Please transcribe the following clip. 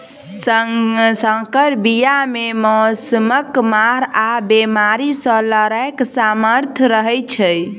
सँकर बीया मे मौसमक मार आ बेमारी सँ लड़ैक सामर्थ रहै छै